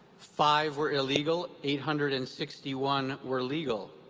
five were illegal. eight hundred and sixty one were legal.